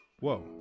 Whoa